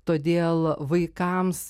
todėl vaikams